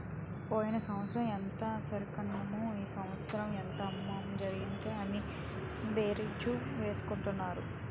పోయిన సంవత్సరం ఎంత సరికన్నాము ఈ సంవత్సరం ఎంత అమ్మకాలు జరిగాయి అని బేరీజు వేసుకుంటారు